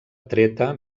treta